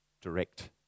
direct